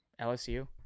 LSU